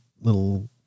little